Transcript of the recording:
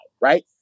right